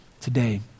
today